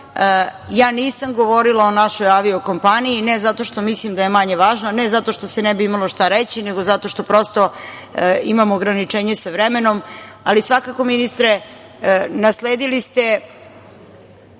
Ja nisam govorila o našoj avio kompaniji, ne zato što mislim da je manje važna, ne zato što se ne bi imalo šta reći, nego zato što imam ograničenje sa vremenom. Svakako ministre nasledili ste